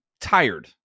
tired